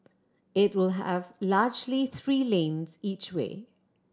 it will have largely three lanes each way